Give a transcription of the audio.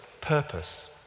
purpose